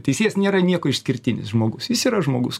teisėjas nėra niekuo išskirtinis žmogus jis yra žmogus